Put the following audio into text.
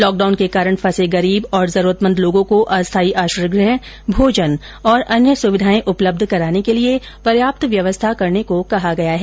lockdown के कारण फंसे गरीब और जरूरतमंद लोगों को अस्थायी आश्रय गृह भोजन तथा अन्य सुविधायें उपलब्ध कराने के लिए पर्याप्त व्यवस्था करने को कहा गया है